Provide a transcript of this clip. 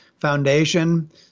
foundation